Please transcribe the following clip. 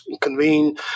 convene